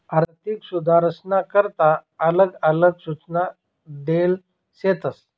आर्थिक सुधारसना करता आलग आलग सूचना देल शेतस